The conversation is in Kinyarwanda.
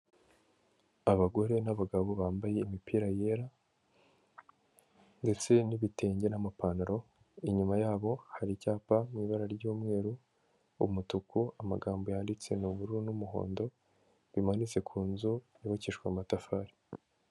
Abagore n'abagabo bambaye imipira yera ndetse n'ibitenge n'amapantaro, inyuma yabo hari icyapa mu ibara ry'umweru, umutuku, amagambo yanditse mu bururu n'umuhondo, bimanitse ku nzu yubakishijwe amatafari.